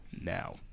now